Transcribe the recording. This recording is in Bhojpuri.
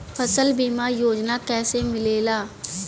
फसल बीमा योजना कैसे मिलेला?